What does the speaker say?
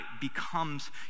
becomes